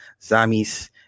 Zami's